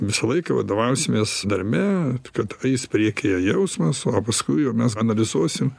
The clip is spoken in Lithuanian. visą laiką vadovausimės darbe kad eis priekyje jausmas o paskui jau mes analizuosim